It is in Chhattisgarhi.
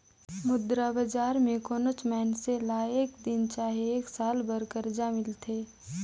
मुद्रा बजार में कोनोच मइनसे ल एक दिन चहे एक साल बर करजा मिलथे